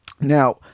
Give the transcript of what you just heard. Now